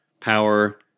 power